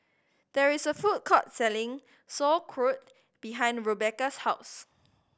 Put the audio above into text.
there is a food court selling Sauerkraut behind Rebekah's house